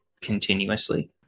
continuously